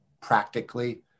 practically